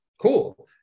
cool